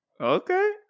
Okay